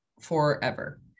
forever